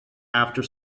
after